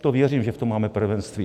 To věřím, že v tom máme prvenství.